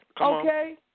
okay